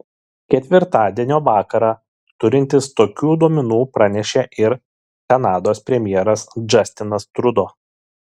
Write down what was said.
ketvirtadienio vakarą turintis tokių duomenų pranešė ir kanados premjeras džastinas trudo